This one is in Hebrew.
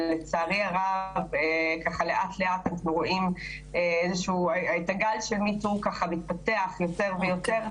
ולצערי הרב לאט-לאט אנחנו רואים את הגל של מי טו מתפתח יותר ויותר.